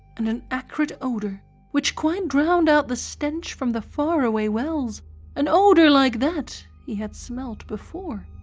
and an acrid odour which quite drowned out the stench from the far-away wells an odour like that he had smelt before,